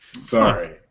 Sorry